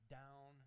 down